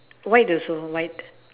white also white